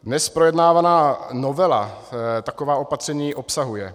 Dnes projednávaná novela taková opatření obsahuje.